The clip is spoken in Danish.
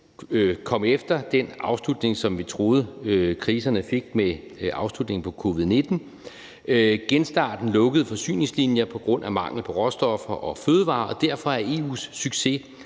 kom efter den afslutning, som vi troede kriserne fik med afslutningen på covid-19. Genstarten lukkede forsyningslinjer på grund af mangel på råstoffer og fødevarer, og derfor er EU's succes